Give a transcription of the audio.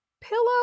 pillow